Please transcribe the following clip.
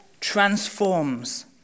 transforms